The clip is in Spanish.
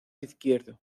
izquierdo